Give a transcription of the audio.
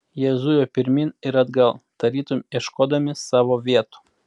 jie zujo pirmyn ir atgal tarytum ieškodami savo vietų